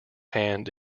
hand